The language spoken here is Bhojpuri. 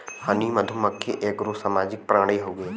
हनी मधुमक्खी एगो सामाजिक प्राणी हउवे